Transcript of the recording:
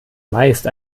meist